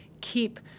keep